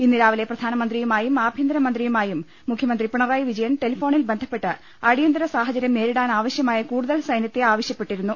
ഇന്ന് രാവിലെ പ്രധാനമന്ത്രിയുമായും ആഭ്യന്തരമന്ത്രിയു മായും മുഖ്യമന്ത്രി പിണറായി വിജയൻ ടെലിഫോണിൽ ബന്ധ പ്പെട്ട് അടിയന്തിര സാഹചര്യം നേരിടാനാവശ്യമായ കൂടുതൽ സൈന്യത്തെ ആവശ്യപ്പെട്ടിരുന്നു